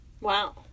Wow